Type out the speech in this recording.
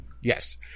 Yes